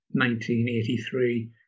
1983